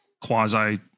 quasi